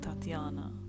Tatiana